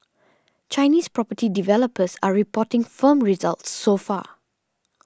Chinese property developers are reporting firm results so far